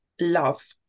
love